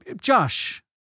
Josh